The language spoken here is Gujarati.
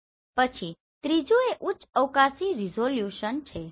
પછી ત્રીજું એ ઉચ્ચ અવકાશી રીઝોલ્યુશન છે